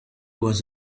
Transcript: was